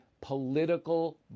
political